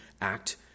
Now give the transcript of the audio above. act